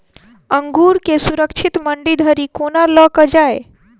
अंगूर केँ सुरक्षित मंडी धरि कोना लकऽ जाय?